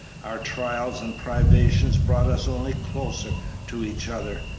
our trials and privations brought us only closer to each other,